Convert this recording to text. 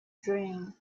dream